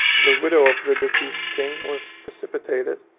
the widow of the deceased king, was precipitated,